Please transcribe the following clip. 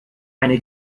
eine